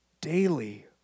Daily